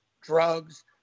drugs